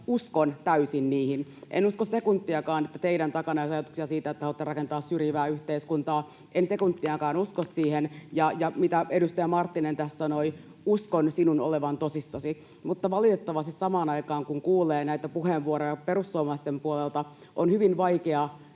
kokoomuslaisilta. En usko sekuntiakaan, että teidän takananne on ajatuksia siitä, että haluatte rakentaa syrjivää yhteiskuntaa. En sekuntiakaan usko siihen. Ja mitä edustaja Marttinen tässä sanoi, uskon sinun olevan tosissasi, mutta valitettavasti samaan aikaan, kun kuulee näitä puheenvuoroja perussuomalaisten puolelta, on hyvin vaikea